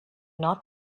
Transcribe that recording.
north